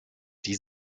die